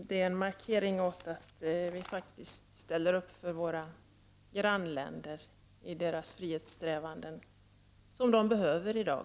Det är en markering av att vi faktiskt ställer upp för våra grannländer i deras frihetssträvanden, ett stöd som de behöver i dag.